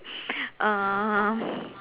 um